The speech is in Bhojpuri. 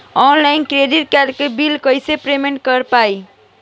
ऑनलाइन क्रेडिट कार्ड के बिल कइसे पेमेंट कर पाएम?